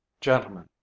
gentlemen